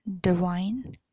Divine